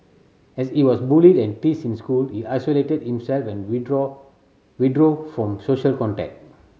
as he was bullied and teased in school he isolated himself and withdraw withdrew from social contact